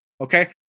okay